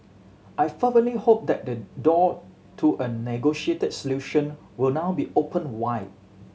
I fervently hope that the door to a negotiated solution will now be opened wide